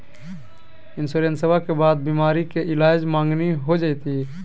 इंसोरेंसबा के बाद बीमारी के ईलाज मांगनी हो जयते?